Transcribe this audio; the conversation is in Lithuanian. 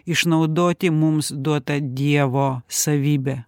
išnaudoti mums duotą dievo savybę